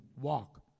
walk